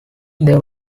there